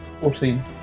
Fourteen